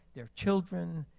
their children,